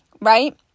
right